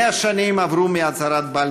100 שנים עברו מהצהרת בלפור,